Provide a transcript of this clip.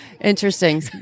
interesting